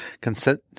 consent